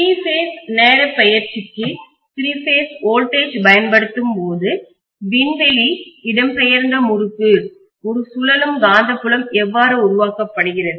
three phase நேர பெயர்ச்சிக்கு three phase voltage மின்னழுத்தங்கள் பயன்படுத்தப்படும்போது விண்வெளி இடம்பெயர்ந்த முறுக்கு ஒரு சுழலும் காந்தப்புலம் எவ்வாறு உருவாக்கப்படுகிறது